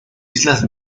islas